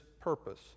purpose